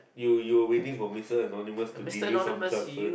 you you're waiting for Mister Anonymous to delay some comfort